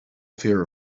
fear